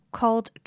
called